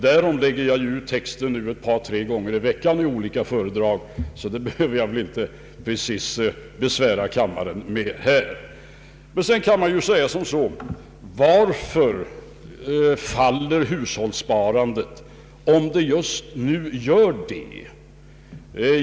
Därom lägger jag emellertid ut texten ett par, tre gånger i veckan i olika föredrag, så det behöver jag väl inte besvära kammaren med. Sedan kan man ju fråga varför hushållssparandet minskar, om det just nu gör det.